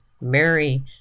Mary